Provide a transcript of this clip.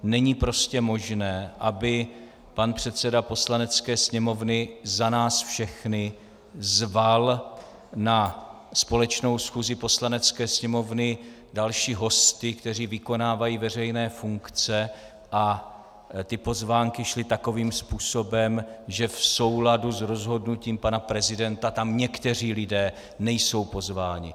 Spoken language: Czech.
Není prostě možné, aby pan předseda Poslanecké sněmovny za nás všechny zval na společnou schůzi Poslanecké sněmovny další hosty, kteří vykonávají veřejné funkce, a ty pozvánky šly takovým způsobem, že v souladu s rozhodnutím pana prezidenta tam někteří lidé nejsou pozváni.